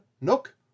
Nook